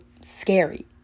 scary